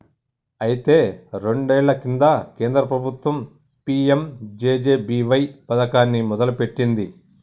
అయితే రెండేళ్ల కింద కేంద్ర ప్రభుత్వం పీ.ఎం.జే.జే.బి.వై పథకాన్ని మొదలుపెట్టింది